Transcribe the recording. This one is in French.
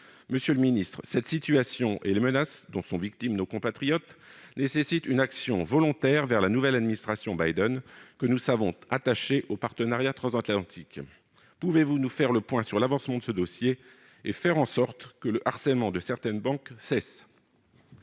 Monsieur le ministre, cette situation et les menaces dont sont victimes nos compatriotes nécessitent une action volontaire auprès de la nouvelle administration Biden, que nous savons attachée au partenariat transatlantique. Pouvez-vous faire le point sur l'avancement de ce dossier, et faire en sorte que le harcèlement de certaines banques cesse ?